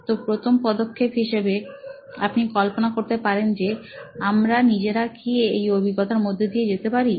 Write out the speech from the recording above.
তো প্রথম পদক্ষেপ হিসাবে আপনি কল্পনা করতে পারেন যে আমরা নিজেরা কি এই অভিজ্ঞতার মধ্য দিয়ে যেতে পারি